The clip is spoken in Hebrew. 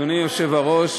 אדוני היושב-ראש,